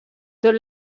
tot